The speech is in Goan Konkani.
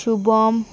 शुभम